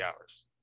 hours